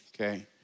okay